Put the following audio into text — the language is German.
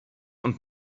und